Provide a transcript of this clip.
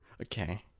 Okay